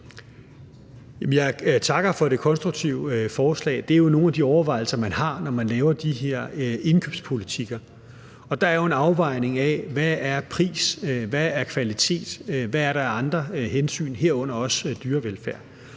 Jeg takker for det konstruktive forslag. Det er jo nogle af de overvejelser, man har, når man laver de her indkøbspolitikker. Der er jo en afvejning af, hvad prisen er, hvad kvaliteten er, og hvad der er af andre hensyn, herunder dyrevelfærd.